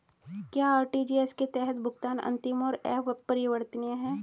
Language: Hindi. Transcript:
क्या आर.टी.जी.एस के तहत भुगतान अंतिम और अपरिवर्तनीय है?